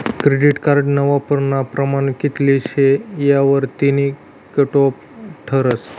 credit कार्डना वापरानं प्रमाण कित्ल शे यावरतीन कटॉप ठरस